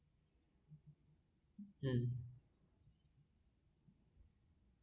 um